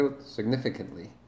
significantly